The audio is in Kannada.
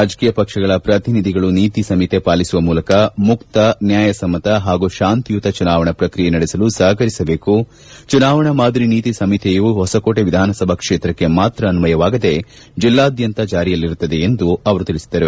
ರಾಜಕೀಯ ಪಕ್ಷಗಳ ಪ್ರತಿನಿಧಿಗಳು ನೀತಿ ಸಂಟಿತೆ ಪಾಲಿಸುವ ಮೂಲಕ ಮುಕ್ತ ನ್ಯಾಯಸಮ್ಮತ ಹಾಗೂ ಶಾಂತಿಯುತ ಚುನಾವಣಾ ಪ್ರಕ್ರಿಯೆ ನಡೆಯಲು ಸಹಕರಿಸಬೇಕು ಚುನಾವಣಾ ಮಾದರಿ ನೀತಿ ಸಂಹಿತೆಯು ಹೊಸಕೋಟೆ ವಿಧಾನಸಭಾ ಕ್ಷೇತ್ರಕ್ಕೆ ಮಾತ್ರ ಅನ್ವಯವಾಗದೆ ಜಿಲ್ಲಾದ್ಕಂತ ಜಾರಿಯಲ್ಲಿರುತ್ತದೆ ಎಂದು ಅವರು ತಿಳಿಸಿದರು